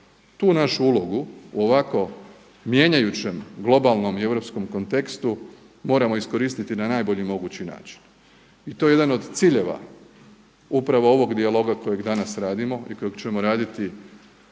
Tu našu ulogu u ovako mijenjajućem globalnom i europskom kontekstu moramo iskoristiti na najbolji mogući način. I to je jedan od ciljeva upravo ovog dijaloga kojeg danas radimo i kojeg ćemo raditi